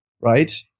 Right